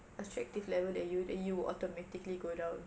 attractive level than you then you would automatically go down